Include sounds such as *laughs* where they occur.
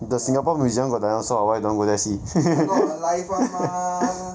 the singapore museum got dinosaur what why don't want to go there see *laughs*